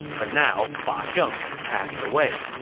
but now fa ah zheng has passed away,